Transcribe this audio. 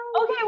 okay